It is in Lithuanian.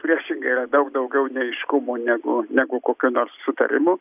priešingai yra daug daugiau neaiškumų negu negu kokių nors sutarimų